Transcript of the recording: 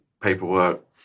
paperwork